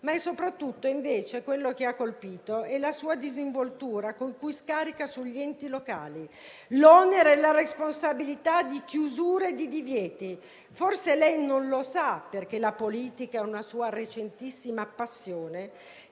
ma soprattutto quello che ha colpito è la disinvoltura con cui scarica sugli enti locali l'onere e la responsabilità di chiusure e di divieti. Forse lei non sa, perché la politica è una sua recentissima passione,